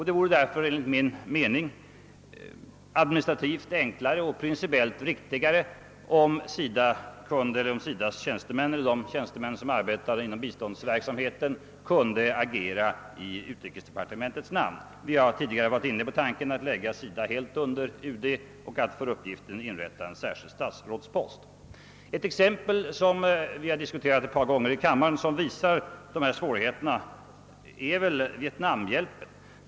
Det vore därför enligt min mening både administrativt enklare och ur principiell synpunkt riktigare om tjänstemän som arbetar inom vissa bistånds verksamheter kunde agera i utrikesdepartementets. namn. Vi har ju från vårt håll tidigare varit inne på tanken att lägga SIDA helt under UD och att för uppgiften inrätta en särskild statsrådspost. En fråga som vid ett par tillfällen diskuterats i kammaren och som visar dessa svårigheter är vietnamhjälpen.